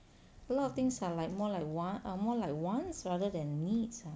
a lot of things are like more like want are more like wants rather than needs ah